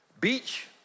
Beach